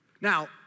Now